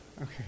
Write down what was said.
Okay